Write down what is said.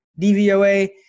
DVOA